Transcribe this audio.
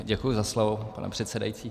Děkuji za slovo, pane předsedající.